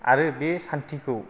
आरो बे शान्तिखौ